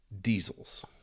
diesels